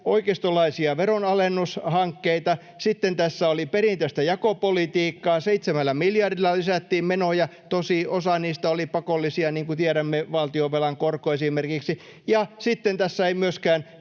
oikeistolaisia veronalennushankkeita. Sitten tässä oli perinteistä jakopolitiikkaa, seitsemällä miljardilla lisättiin menoja — tosin osa niistä oli pakollisia, niin kuin tiedämme, valtionvelan korko esimerkiksi — ja sitten tässä ei myöskään